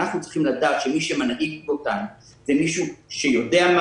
אנחנו צריכים לדעת שמי שמנהיג אותנו הוא מישהו שיודע מה